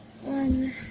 One